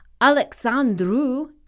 Alexandru